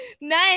Nice